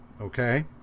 Okay